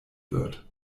wird